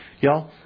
Y'all